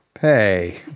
Hey